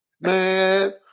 man